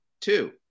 Two